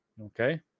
Okay